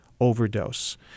overdose